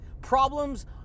Problems